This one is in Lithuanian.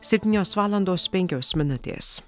septynios valandos penkios minutės